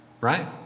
right